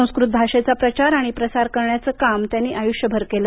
संस्कृत भाषेचा प्रचार आणि प्रसार करण्याचं काम त्यांनी आयुष्यभर केलं